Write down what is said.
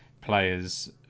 players